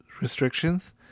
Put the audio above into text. restrictions